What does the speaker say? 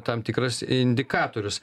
tam tikras indikatorius